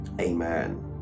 amen